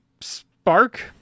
Spark